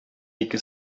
ике